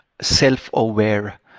self-aware